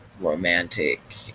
romantic